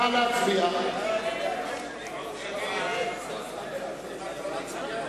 הודעת ועדת החוקה,